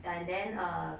and then err